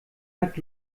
hat